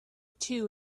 two